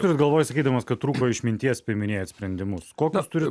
turit galvoj sakydamas kad trūko išminties priiminėjat sprendimus kokius turi